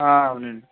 అవునండీ